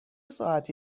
ساعتی